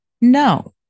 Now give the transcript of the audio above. No